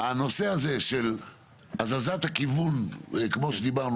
הנושא הזה של הזזת הכיוון כמו שדיברנו,